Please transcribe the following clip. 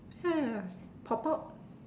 ya ya ya pop up